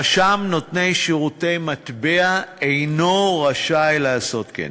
רשם נותני שירותי מטבע אינו רשאי לעשות כן.